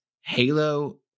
Halo